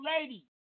lady